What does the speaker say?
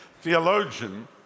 theologian